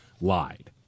lied